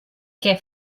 què